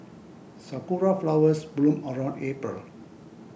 sakura flowers bloom around April